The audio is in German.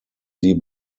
sie